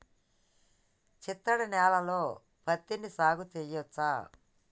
చిత్తడి నేలలో పత్తిని సాగు చేయచ్చా?